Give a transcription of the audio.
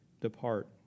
depart